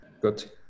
good